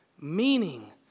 meaning